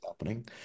happening